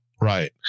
Right